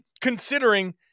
considering